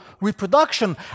reproduction